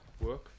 work